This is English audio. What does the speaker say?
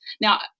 Now